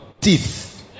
teeth